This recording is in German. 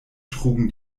trugen